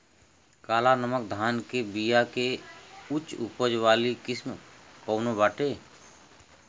काला नमक धान के बिया के उच्च उपज वाली किस्म कौनो बाटे?